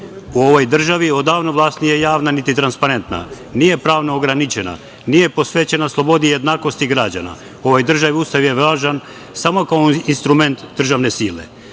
U ovoj državi odavno vlast nije javna, niti transparentna, nije pravno ograničena, nije posvećena slobodi jednakosti građana, u ovoj državi Ustav je važan samo kao instrument državne sile. Svi